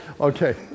Okay